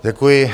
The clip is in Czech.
Děkuji.